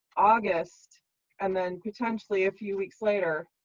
august and then potentially a few weeks later.